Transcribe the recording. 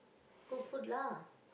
cook food lah